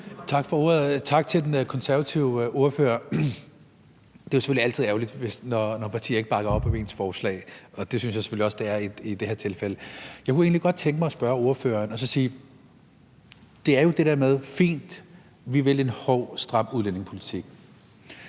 Tak for ordet. Og tak til den konservative ordfører. Det er selvfølgelig altid ærgerligt, når partier ikke bakker op om ens forslag, og det synes jeg selvfølgelig også det er i det her tilfælde. Jeg kunne egentlig godt tænke mig at spørge ordføreren om noget. Det er jo det der med, at det er fint, at man vil en hård, stram udlændingepolitik,